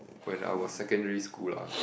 when I was secondary school lah